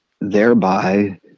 thereby